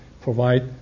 provide